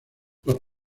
los